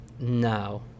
No